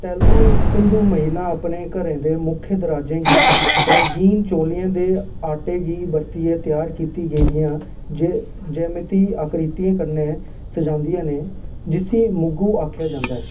तेलुगु हिंदू महिलां अपने घरें दे मुक्ख दरोआजे गी रंगीन चौलें दे आटे गी बरतियै त्यार कीती गेदियां ज्या ज्यामिती आकृतियें कन्नै सजांदियां न जिसी मुग्गू आखेआ जंदा ऐ